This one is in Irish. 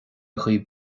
dhaoibh